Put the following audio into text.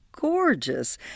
gorgeous